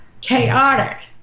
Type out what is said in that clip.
chaotic